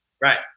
Right